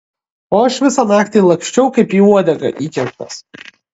o aš visą naktį laksčiau kaip į uodegą įkirptas